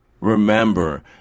Remember